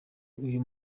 uyu